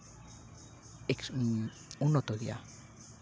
ᱩᱱᱱᱚᱛᱚ ᱜᱮᱭᱟ